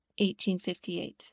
1858